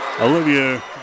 Olivia